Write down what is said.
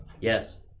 yes